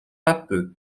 pape